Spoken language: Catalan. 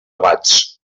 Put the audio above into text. abats